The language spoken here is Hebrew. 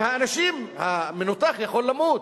והאנשים, המנותח יכול למות.